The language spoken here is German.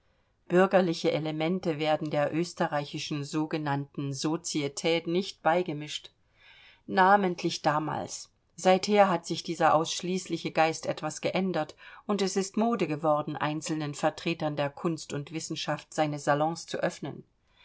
bürgerliche elemente werden der österreichischen sogenannten societät nicht beigemischt namentlich damals seither hat sich dieser ausschließliche geist etwas geändert und es ist mode geworden einzelnen vertretern der kunst und wissenschaft seine salons zu öffnen